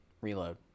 reload